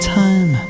time